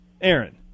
Aaron